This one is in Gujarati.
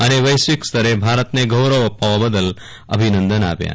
અને વૈશ્વિક સ્તરે ભારતને ગૌરવ અપાવવા બદલ અભિનંદન આપ્યાં